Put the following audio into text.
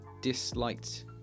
disliked